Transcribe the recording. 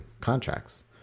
contracts